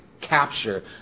capture